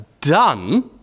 done